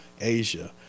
Asia